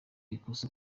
ikosa